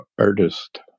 artist